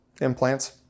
implants